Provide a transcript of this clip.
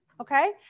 Okay